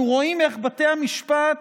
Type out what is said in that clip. אנחנו רואים איך בתי המשפט